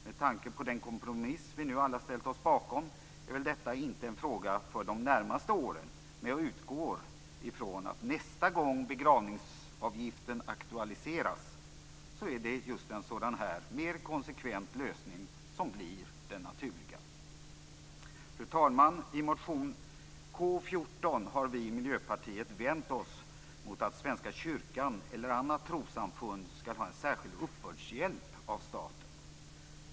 Med tanke på den kompromiss som vi nu alla ställt oss bakom är väl detta inte en fråga för de närmaste åren, men jag utgår ifrån att nästa gång begravningsavgiften aktualiseras är det just en sådan här, mer konsekvent lösning som blir den naturliga. Fru talman! I motion K14 har vi i Miljöpartiet vänt oss mot att Svenska kyrkan eller annat trossamfund skall ha en särskild uppbördshjälp av staten.